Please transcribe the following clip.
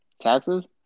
Taxes